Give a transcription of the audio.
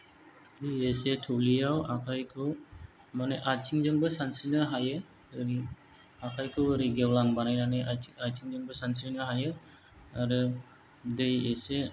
एसे थौलेआव आखायखौ माने आथिंजोंबो सानस्रिनो हायो आखायखौ ओरै गेवलां बानायनानैबो आथिं आथिंजों सानस्रिनो हायो आरो दै एसे